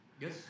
Yes